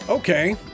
Okay